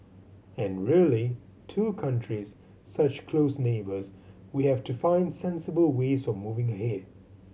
and really two countries such close neighbours we have to find sensible ways of moving ahead